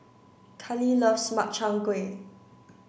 Kallie loves Makchang Gui